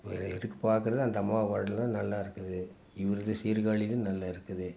வேறு எதுக்கு பார்க்கறது அந்த அம்மா பாடல் தான் நல்லாயிருக்குது இவருது சீர்காழிதும் நல்லாயிருக்குது